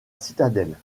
citadelle